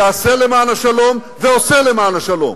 יעשה למען השלום ועושה למען השלום,